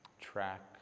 track